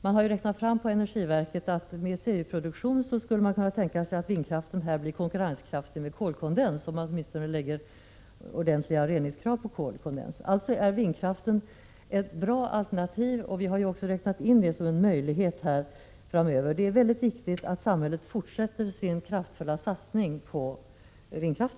Man har räknat fram på energiverket att vindkraften med serieproduktion skulle kunna bli konkurrenskraftig med kolkondens, om man nu ställer ordentliga reningskrav på kolkondens. Alltså är vindkraft ett bra alternativ. Vi har också räknat in den som en möjlighet framöver. Det är väldigt viktigt att samhället fortsätter att kraftfullt satsa på vindkraft.